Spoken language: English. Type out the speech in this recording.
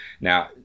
now